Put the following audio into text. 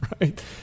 Right